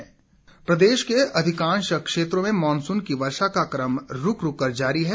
मौसम प्रदेश के अधिकांश क्षेत्रों में मॉनसून की वर्षा का क्रम रुक रुक कर जारी है